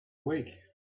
week